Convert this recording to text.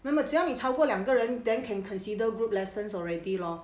那么只要你超过两个人 then can consider group lessons already lor